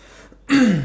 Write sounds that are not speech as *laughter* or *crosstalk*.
*coughs*